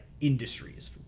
industries